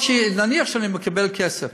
נניח שאני מקבל כסף,